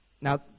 Now